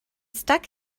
stuck